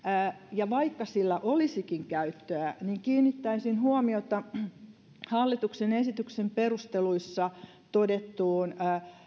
ja vaikka sillä olisikin käyttöä niin kiinnittäisin huomiota hallituksen esityksen perusteluissa todettuun